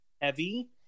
heavy